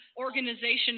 organization